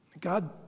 God